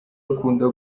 akunda